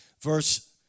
verse